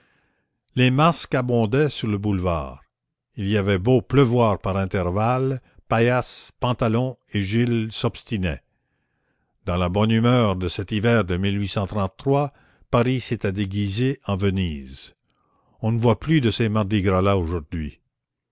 les masques abondaient sur le boulevard il avait beau pleuvoir par intervalles paillasse pantalon et gille s'obstinaient dans la bonne humeur de cet hiver de paris s'était déguisé en venise on ne voit plus de ces mardis gras là aujourd'hui